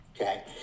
Okay